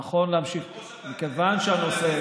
נכון להמשיך, מכוון שהנושא,